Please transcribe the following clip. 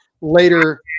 later